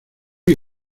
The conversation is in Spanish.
hay